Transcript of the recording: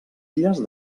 illes